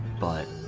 but